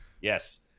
Yes